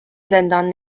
زندان